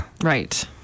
Right